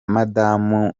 madamu